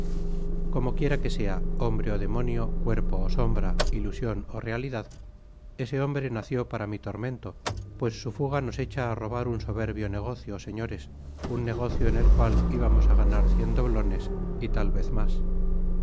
como quiera que sea hombre ó demonio cuerpo ó sombra ilusion ó realidad ese hombre nació para mi tormento pues su fuga nos echa á robar un soberbio negocio señores un negocio en el cual íbamos á ganar cien doblones y tal vez mas